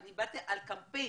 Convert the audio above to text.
אני דיברתי על קמפיינים.